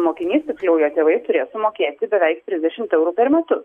mokinys tiksliau jo tėvai turės sumokėti beveik trisdešimt eurų per metus